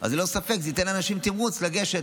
אז ללא ספק זה ייתן לאנשים תמרוץ לגשת,